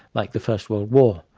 like the first world war,